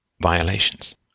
violations